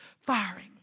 firing